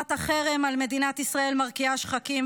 תנועת החרם על מדינת ישראל מרקיעה שחקים,